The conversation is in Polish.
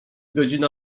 godzina